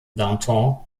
danton